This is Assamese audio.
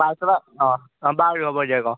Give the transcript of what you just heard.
বাৰু হ'ব দিয়ক